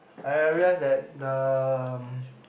I I realize that um